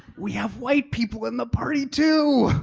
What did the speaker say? we have white people in the party too.